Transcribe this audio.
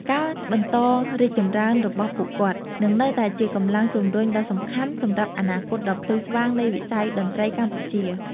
ការបន្តរីកចម្រើនរបស់ពួកគាត់នឹងនៅតែជាកម្លាំងជំរុញដ៏សំខាន់សម្រាប់អនាគតដ៏ភ្លឺស្វាងនៃវិស័យតន្ត្រីកម្ពុជា។